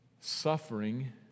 Suffering